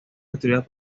destruidas